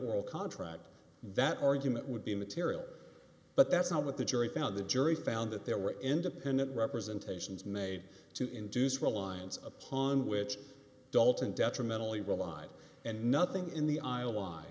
oral contract that argument would be immaterial but that's not what the jury found the jury found that there were independent representations made to induce reliance upon which dalton detrimentally relied and nothing in the